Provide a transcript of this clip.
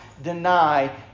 deny